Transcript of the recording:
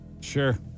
Sure